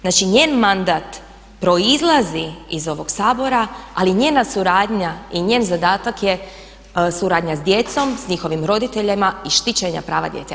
Znači, njen mandat proizlazi iz ovog Sabora, ali njena suradnja i njen zadatak je suradnja sa djecom, sa njihovim roditeljima i štićenja prava djece.